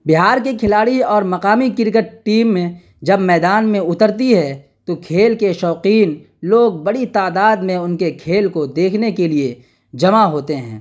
بہار کے کھلاڑی اور مقامی کرکٹ ٹیمیں جب میدان میں اترتی ہے تو کھیل کے شوقین لوگ بڑی تعداد میں ان کے کھیل کو دیکھنے کے لیے جمع ہوتے ہیں